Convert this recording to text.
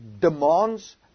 demands